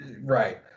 Right